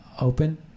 open